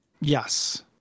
Yes